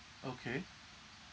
okay